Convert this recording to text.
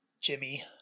Jimmy